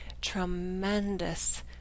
tremendous